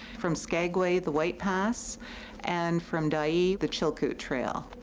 from skagway the white pass and from dyea the chilkoot trail.